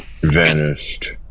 vanished